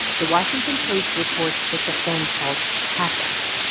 the washington post reports that the phone calls happened,